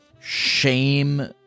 Shame